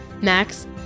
Max